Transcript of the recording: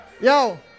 Yo